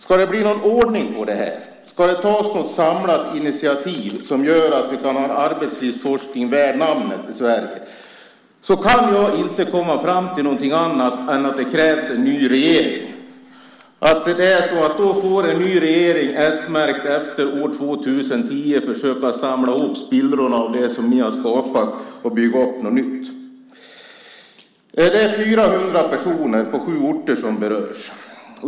Ska det bli någon ordning på det här, ska det tas något samlat initiativ som gör att vi kan ha en arbetslivsforskning värd namnet i Sverige kan jag inte komma fram till något annat än att det krävs en ny regering. Då får en ny regering, s-märkt, efter år 2010, försöka samla ihop spillrorna av det som ni har skapat och bygga upp något nytt. Det är 400 personer på sju orter som berörs.